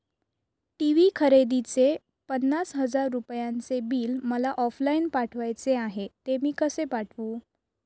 TV खरेदीचे पन्नास हजार रुपयांचे बिल मला ऑफलाईन पाठवायचे आहे, ते मी कसे पाठवू?